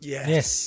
Yes